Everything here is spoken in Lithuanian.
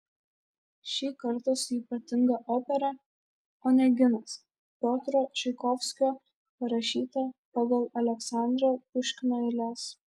šį kartą su ypatinga opera oneginas piotro čaikovskio parašyta pagal aleksandro puškino eiles